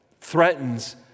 threatens